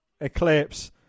Eclipse